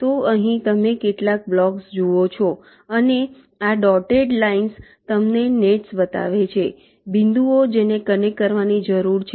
તો અહીં તમે કેટલાક બ્લોક્સ જુઓ છો અને આ ડોટેડ લાઇંસ તમને નેટ્સ બતાવે છે બિંદુઓ જેને કનેક્ટ કરવાની જરૂર છે